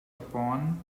upon